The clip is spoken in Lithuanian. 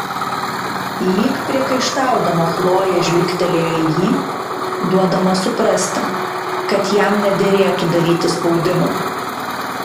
lyg priekaištaudama chlojė žvilgtelėjo į jį duodama suprasti kad jam nederėtų daryti spaudimo